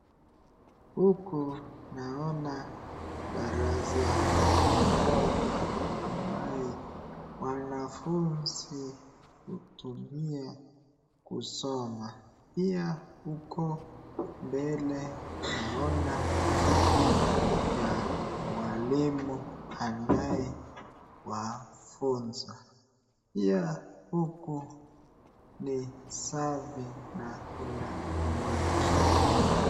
Huku naona darasa moja ambayo wanafunzi hutumia kusoma pia huko mbele naona kiti ya mwalimu anayewafunza. Pia huku ni safi na kuna umakini wa..